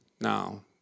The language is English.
Now